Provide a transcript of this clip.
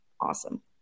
awesome